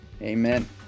Amen